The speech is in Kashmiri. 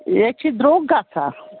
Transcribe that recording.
یے چھُ درٛۅگ گژھا